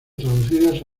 traducidas